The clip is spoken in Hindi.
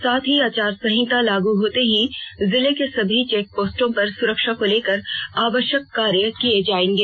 साथ हीं आचार संहिता लागू होते ही जिले के सभी चेकपोस्टों पर सुरक्षा को लेकर आवश्यक कार्य किये जायेंगे